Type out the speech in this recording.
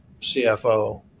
CFO